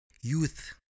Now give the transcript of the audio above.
Youth